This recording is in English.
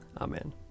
Amen